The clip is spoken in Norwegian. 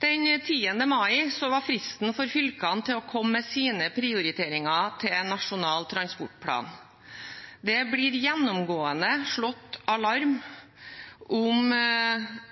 Den 10. mai var fristen for fylkene til å komme med sine prioriteringer til Nasjonal transportplan. Det blir gjennomgående slått alarm om